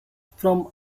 from